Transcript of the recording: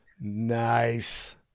Nice